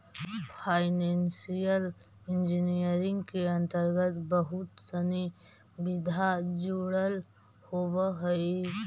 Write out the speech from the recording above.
financial engineering के अंतर्गत बहुत सनि विधा जुडल होवऽ हई